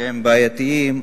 שהם בעייתיים.